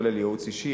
הכולל ייעוץ אישי,